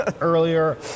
earlier